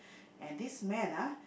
and this man ah